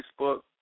Facebook